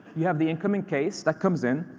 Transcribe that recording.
you have the incoming case that comes in,